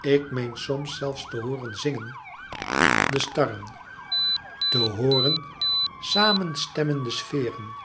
ik meen soms zelfs te hooren zingen de starren te hooren sàmen stemmen de sferen